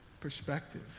Perspective